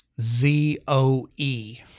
Z-O-E